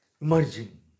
emerging